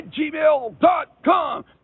gmail.com